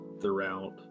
throughout